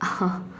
!huh!